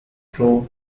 through